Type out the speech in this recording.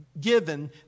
given